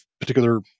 particular